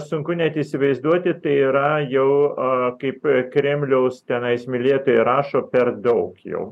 sunku net įsivaizduoti tai yra jau a kaip kremliaus tenais mylėtojai rašo per daug jau